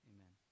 Amen